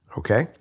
okay